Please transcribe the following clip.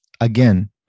again